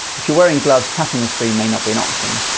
if you're wearing gloves, tapping the screen may not be an option.